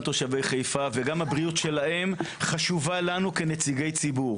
תושבי חיפה חשובה לנו כנציגי ציבור.